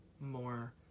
more